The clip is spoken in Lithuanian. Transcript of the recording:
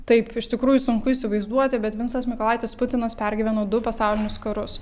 taip iš tikrųjų sunku įsivaizduoti bet vincas mykolaitis putinas pergyveno du pasaulinius karus